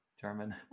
German